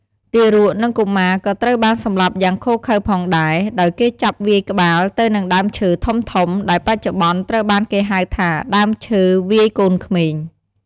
ទារក និងកុមារក៏ត្រូវបានសម្លាប់យ៉ាងឃោរឃៅផងដែរ ដោយគេចាប់វាយក្បាលទៅនឹងដើមឈើធំៗ ដែលបច្ចុប្បន្នត្រូវបានគេហៅថា "ដើមឈើវាយកូនក្មេង"។